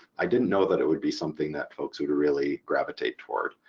i didn't know that it would be something that folks would really gravitate toward.